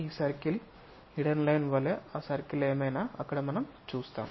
ఈ circle hidden line వలె ఆ సర్కిల్ ఏమైనా అక్కడ మనం చూస్తాము